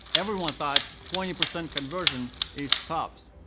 everyone thought twenty percent conversion is tops.